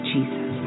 Jesus